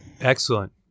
Excellent